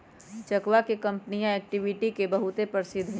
चयवा के कंपनीया एक्टिविटी भी बहुत प्रसिद्ध हई